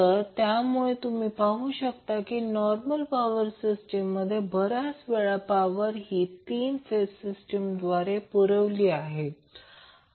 तर त्यामुळे तुम्ही पाहू शकता की नॉर्मल पॉवर सिस्टीममध्ये बऱ्याच वेळा पॉवर ही 3 फेज सिस्टीमद्वारे पुरविली जाते